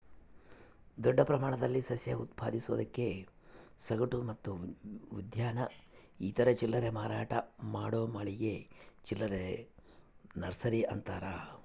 ದೊಡ್ಡ ಪ್ರಮಾಣದಲ್ಲಿ ಸಸ್ಯ ಉತ್ಪಾದಿಸೋದಕ್ಕೆ ಸಗಟು ಮತ್ತು ಉದ್ಯಾನ ಇತರೆ ಚಿಲ್ಲರೆ ಮಾರಾಟ ಮಾಡೋ ಮಳಿಗೆ ಚಿಲ್ಲರೆ ನರ್ಸರಿ ಅಂತಾರ